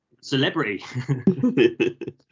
celebrity